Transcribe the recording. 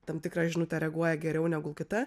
tam tikrą žinutę reaguoja geriau negu kita